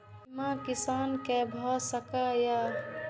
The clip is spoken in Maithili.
बीमा किसान कै भ सके ये?